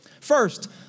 First